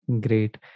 Great